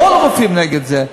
המון רופאים נגד זה.